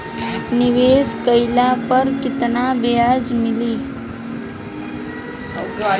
निवेश काइला पर कितना ब्याज मिली?